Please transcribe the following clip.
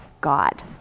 God